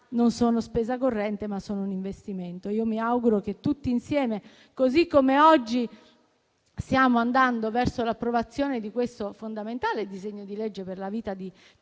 non sono spesa corrente ma, appunto, investimenti. Mi auguro che tutti insieme, così come stiamo andando verso l'approvazione di questo fondamentale disegno di legge per la vita di tantissimi